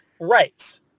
Right